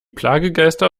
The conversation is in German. plagegeister